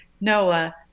Noah